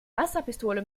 wasserpistole